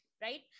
right